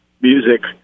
Music